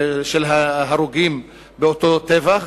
ההרוגים באותו טבח,